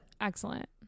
Excellent